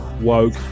woke